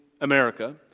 America